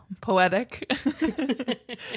poetic